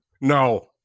No